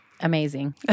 Amazing